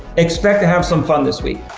expect to have some fun this week.